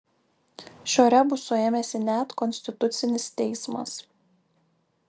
šio rebuso ėmėsi net konstitucinis teismas